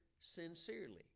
sincerely